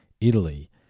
Italy